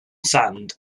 sand